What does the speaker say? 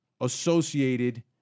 associated